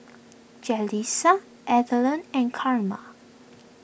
Jalissa Alden and Carma